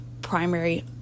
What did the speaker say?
primary